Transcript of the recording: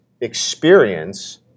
experience